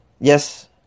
Yes